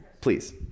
please